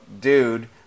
dude